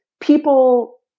people